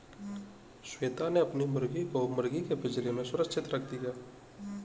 श्वेता ने अपनी मुर्गी को मुर्गी के पिंजरे में सुरक्षित रख दिया